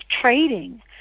trading